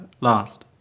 last